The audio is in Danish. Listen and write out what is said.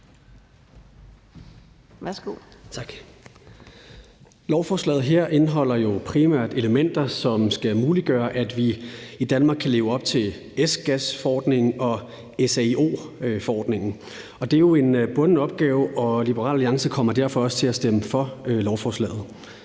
Lovforslaget her indeholder jo primært elementer, som skal muliggøre, at vi i Danmark kan leve op til F-gasforordningen og SAIO-forordningen. Det er jo en bunden opgave, og Liberal Alliance kommer derfor også til at stemme for lovforslaget.